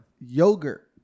Yogurt